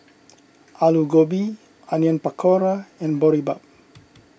Alu Gobi Onion Pakora and Boribap